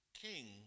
king